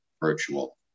virtual